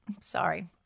sorry